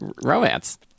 romance